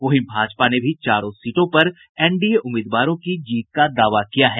वहीं भाजपा ने भी चारों सीटों पर एनडीए उम्मीदवारों की जीत का दावा किया है